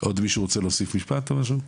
עוד מישהו רוצה להוסיף משפט או משהו?